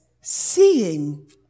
seeing